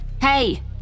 Hey